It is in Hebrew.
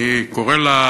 תודה רבה, אני קורא לדקה,